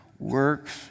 works